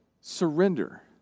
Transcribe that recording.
surrender